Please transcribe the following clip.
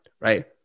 right